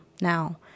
now